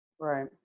Right